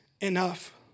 enough